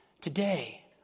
Today